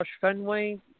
Fenway